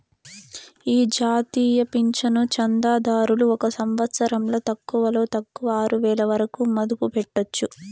ఈ జాతీయ పింఛను చందాదారులు ఒక సంవత్సరంల తక్కువలో తక్కువ ఆరువేల వరకు మదుపు పెట్టొచ్చు